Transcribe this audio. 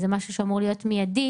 זה משהו שאמור להיות מידי,